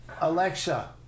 Alexa